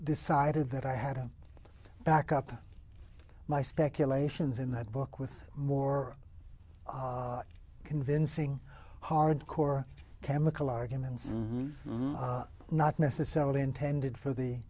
decided that i had a back up my speculations in that book with more convincing hardcore chemical arguments not necessarily intended for the